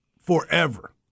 forever